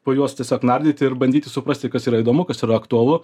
po juos tiesiog nardyti ir bandyti suprasti kas yra įdomu kas yra aktualu